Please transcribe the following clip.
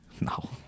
No